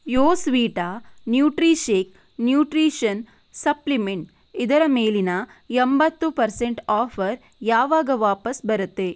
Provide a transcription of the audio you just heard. ಯೋಸ್ವೀಟಾ Nutrishake nutrition supplement ಇದರ ಮೇಲಿನ ಎಂಬತ್ತು ಪರ್ಸೆಂಟ್ ಆಫರ್ ಯಾವಾಗ ವಾಪಸು ಬರತ್ತೆ